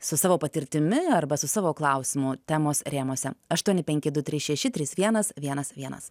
su savo patirtimi arba su savo klausimu temos rėmuose aštuoni penki du trys šeši trys vienas vienas vienas